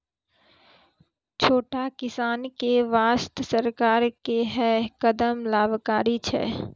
छोटो किसान के वास्तॅ सरकार के है कदम लाभकारी छै